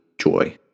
joy